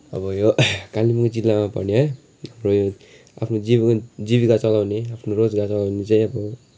अब यो कालिम्पोङ जिल्लामा पर्ने है हाम्रो यो आफ्नो जीवन जीविका चलाउने आफ्नो रोजगार चलाउने चाहिँ अब